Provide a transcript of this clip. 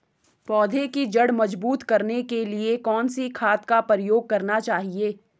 पौधें की जड़ मजबूत करने के लिए कौन सी खाद का प्रयोग करना चाहिए?